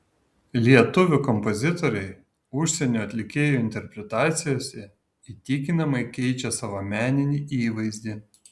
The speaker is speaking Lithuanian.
lietuvių kompozitoriai užsienio atlikėjų interpretacijose įtikinamai keičia savo meninį įvaizdį